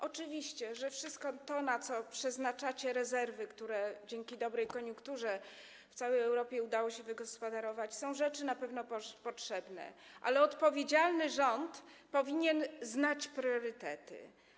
Oczywiście, że wszystko to, na co przeznaczacie rezerwy, które dzięki dobrej koniunkturze w całej Europie udało się wygospodarować, to są rzeczy na pewno potrzebne, ale odpowiedzialny rząd powinien znać priorytety.